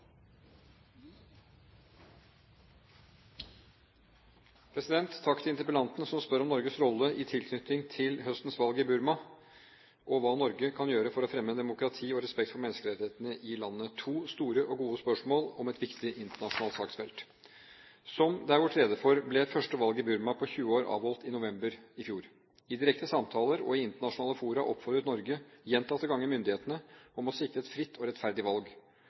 Takk til interpellanten som spør om Norges rolle i tilknytning til høstens valg i Burma, og hva Norge kan gjøre for å fremme demokrati og respekt for menneskerettighetene i landet. Dette er to store og gode spørsmål om et viktig internasjonalt saksfelt. Som det er gjort rede for, ble det første valget i Burma på 20 år avholdt i november i fjor. I direkte samtaler og i internasjonale fora oppfordret Norge gjentatte ganger myndighetene om å sikre et fritt og rettferdig valg.